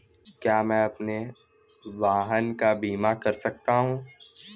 क्या मैं अपने वाहन का बीमा कर सकता हूँ?